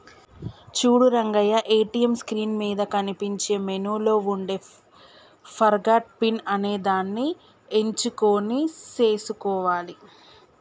చూడు Rangaiah ATM screen మీద కనిపించే మెనూలో ఉండే ఫర్గాట్ పిన్ అనేదాన్ని ఎంచుకొని సేసుకోవాలి